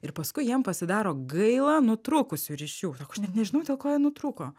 ir paskui jiem pasidaro gaila nutrūkusių ryšių sako aš net nežinau dėl ko jie nutrūko